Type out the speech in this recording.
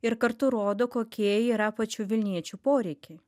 ir kartu rodo kokie yra pačių vilniečių poreikiai